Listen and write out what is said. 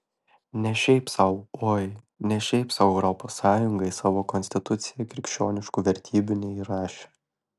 ne šiaip sau oi ne šiaip sau europos sąjunga į savo konstituciją krikščioniškų vertybių neįrašė